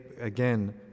again